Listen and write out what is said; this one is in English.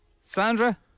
Sandra